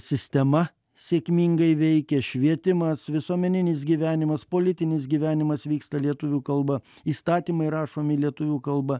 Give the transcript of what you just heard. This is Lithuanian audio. sistema sėkmingai veikia švietimas visuomeninis gyvenimas politinis gyvenimas vyksta lietuvių kalba įstatymai rašomi lietuvių kalba